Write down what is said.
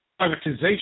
Privatization